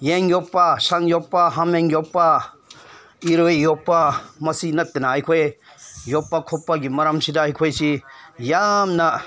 ꯌꯦꯟ ꯌꯣꯛꯄ ꯁꯟ ꯌꯣꯛꯄ ꯍꯥꯃꯦꯡ ꯌꯣꯛꯄ ꯏꯔꯣꯏ ꯌꯣꯛꯄ ꯃꯁꯤ ꯅꯠꯇꯅ ꯑꯩꯈꯣꯏ ꯌꯣꯛꯄ ꯈꯣꯠꯄꯒꯤ ꯃꯔꯝꯁꯤꯗ ꯑꯩꯈꯣꯏꯁꯤ ꯌꯥꯝꯅ